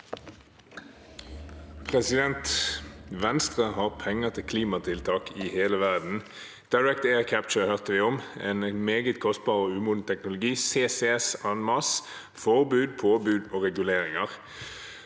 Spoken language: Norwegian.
Venstre har penger til klimatiltak i hele verden, «direct air capture» hørte vi om, en meget kostbar og umoden teknologi, CCS en masse, forbud, påbud og reguleringer.